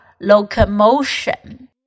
locomotion